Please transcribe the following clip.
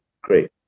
great